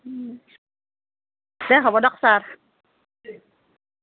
এ হ'ব দিয়ক চাৰ